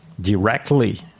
directly